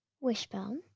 Wishbone